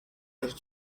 have